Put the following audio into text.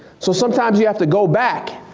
so sometimes you have to go back